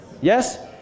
Yes